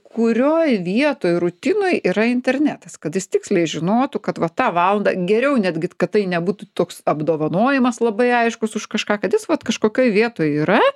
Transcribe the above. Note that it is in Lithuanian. kurioj vietoj rutinoj yra internetas kad jis tiksliai žinotų kad va tą valandą geriau netgit kad tai nebūtų toks apdovanojimas labai aiškus už kažką kad jis vat kažkokioj vietoj yra